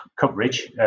coverage